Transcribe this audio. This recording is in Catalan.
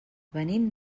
venim